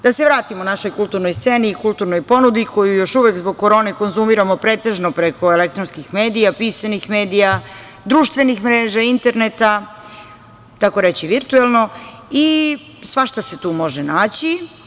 Da se vratimo našoj kulturnoj sceni i kulturnoj ponudi koju još uvek zbog korone konzumiramo pretežno preko elektronskih medija, pisanih medija, društvenih mreža, interneta, takoreći virtuelno, i svašta se tu može naći.